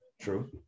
True